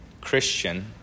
Christian